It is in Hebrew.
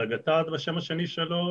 על הגט"ד בשם השני שלו,